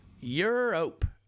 Europe